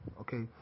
Okay